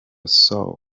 soul